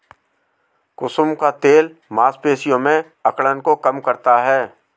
कुसुम का तेल मांसपेशियों में अकड़न को कम करता है